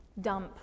Dump